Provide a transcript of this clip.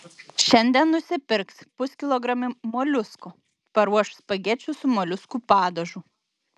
šiandien nusipirks puskilogramį moliuskų paruoš spagečių su moliuskų padažu